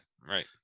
right